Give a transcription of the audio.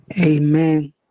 amen